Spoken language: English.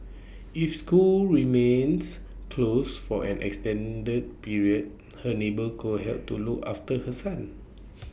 if schools remains close for an extended period her neighbour could help to look after her son